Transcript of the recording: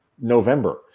November